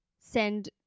send